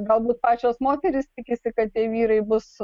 galbūt pačios moterys tikisi kad tie vyrai bus